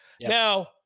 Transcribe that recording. Now